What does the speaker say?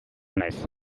naiz